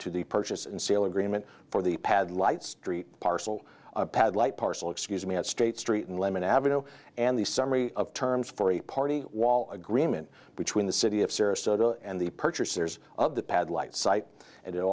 into the purchase and sale agreement for the pad light street parcel pad light parcel excuse me at state street and lemon avenue and the summary of terms for a party wall agreement between the city of sarasota and the purchasers of the pad light site and it